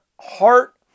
heart